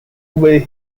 obey